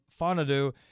Fonadu